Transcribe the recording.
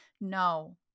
No